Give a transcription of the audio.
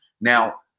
Now